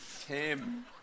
Tim